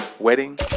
wedding